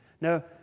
Now